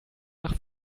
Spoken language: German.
nach